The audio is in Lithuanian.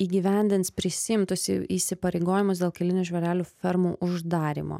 įgyvendins prisiimtus įsipareigojimus dėl kailinių žvėrelių fermų uždarymo